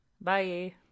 Bye